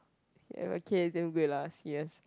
ya okay damn good lah c_s